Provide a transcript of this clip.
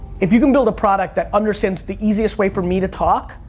if you can build a product that understands the easiest way for me to talk,